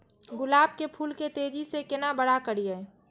गुलाब के फूल के तेजी से केना बड़ा करिए?